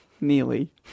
Nearly